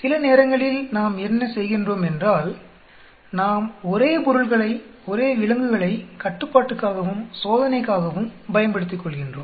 சில நேரங்களில் நாம் என்ன செய்கின்றோம் என்றால் நாம் ஒரே பொருள்களை ஒரே விலங்குகளை கட்டுப்பாட்டுக்காகவும் சோதனைக்காகவும் பயன்படுத்திக்கொள்கின்றோம்